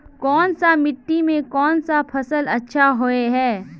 कोन सा मिट्टी में कोन फसल अच्छा होय है?